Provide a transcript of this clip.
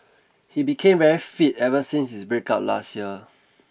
he became very fit ever since his breakup last year